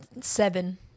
seven